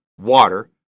water